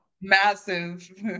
massive